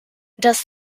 does